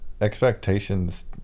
expectations